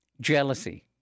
jealousy